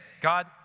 God